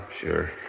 Sure